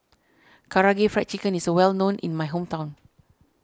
Karaage Fried Chicken is well known in my hometown